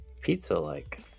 Pizza-like